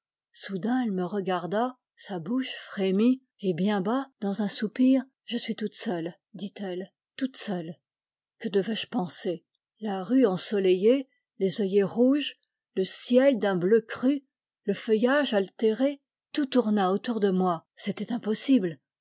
soudain elle me regarda sa bouche frémit et bien bas dansun soupir je suis toute seule dit-elle toute seule que devais-je penser la rue ensoleillée les œillets rouges le ciel d'un bleu cru le feuillage altéré tout tourna autour de moi c'était impossible